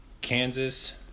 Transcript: Kansas